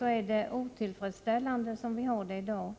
är det en otillfredsställande situation som vi har i dag.